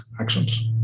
actions